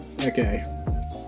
Okay